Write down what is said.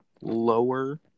lower